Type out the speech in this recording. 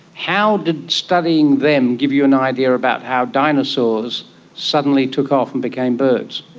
how did studying them give you an idea about how dinosaurs suddenly took off and became birds?